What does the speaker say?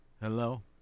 Hello